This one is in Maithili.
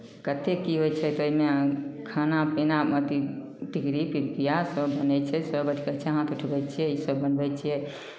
कतेक की होइ छै ताहिमे खाना पीना अथि टिकड़ी पिरुकिया सभ बनै छै सभ अथि करै छै हाथ उठबै छियै इसभ बनबै छियै